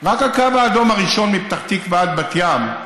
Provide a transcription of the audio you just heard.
רק הקו האדום הראשון מפתח תקווה עד בת ים,